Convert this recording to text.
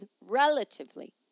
relatively